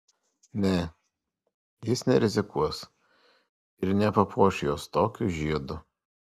ne jis nerizikuos ir nepapuoš jos tokiu žiedu